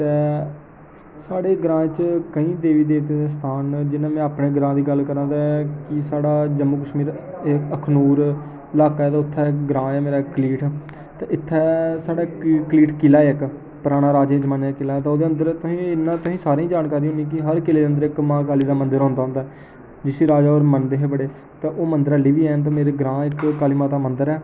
ते साढ़े ग्रांऽ च केईं देवी देवतें दे स्थान न जि'यां में अपने ग्रांऽ दी गल्ल करां ते कीऽ साढा जम्मू कश्मीर एह् अख़नूर इलाका ऐ ते एह् उ'त्थें ग्रांऽ ऐ मेरा उ'त्थें कलीठ ते इ'त्थें साढ़े कलीठ किला ऐ इक पुराना राजें ज़मान्ने दा ते ओह् अंदर तोहें ई सारें दी जानकारी होनी की हर किले दे अंदर इक महाकाली दा मंदिर होंदा गै होंदा ऐ जिसी राजा होर मनदे हे बड़े ते ओह् मंदिर ऐल्ली बी हैन ते मेरे ग्रांऽ इक काली माता मंदिर ऐ